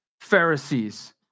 Pharisees